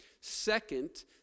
Second